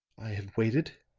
have waited,